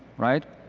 right?